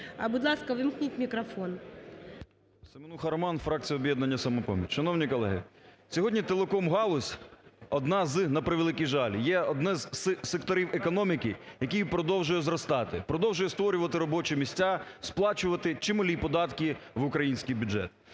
Будь ласка, увімкніть мікрофон. 16:51:57 СЕМЕНУХА Р.С. Семенуха Роман, фракція "Об'єднання "Самопоміч". Шановні колеги, сьогодні телекомгалузь одна з, на превеликий жаль, є одне із секторів економіки, який продовжує зростати, продовжує створювати робочі місця, сплачувати чималі податки в український бюджет.